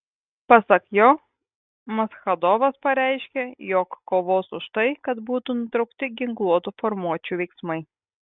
pasak jo maschadovas pareiškė jog kovos už tai kad būtų nutraukti ginkluotų formuočių veiksmai